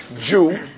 Jew